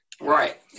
Right